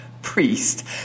Priest